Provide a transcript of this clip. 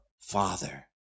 Father